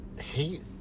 hate